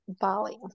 Bali